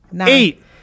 eight